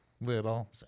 little